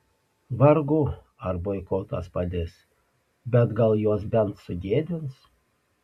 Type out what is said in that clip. vargu ar boikotas padės bet gal juos bent sugėdins